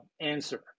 answer